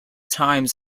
times